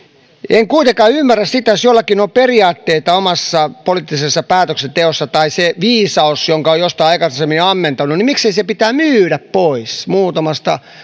en kuitenkaan ymmärrä sitä että jos jollakin on periaatteita omassa poliittisessa päätöksenteossa tai viisaus jonka on jostain aikaisemmin ammentanut niin miksi se pitää myydä pois muutamasta